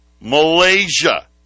Malaysia